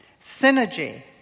Synergy